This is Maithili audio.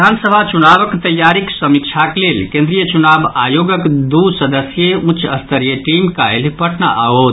विधानसभा चूनावक तैयारीक समीक्षाक लेल केन्द्रीय चूनाव आयोगक दू सदस्यीय उच्च स्तरीय टीम काल्हि पटना आओत